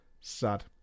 Sad